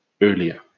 earlier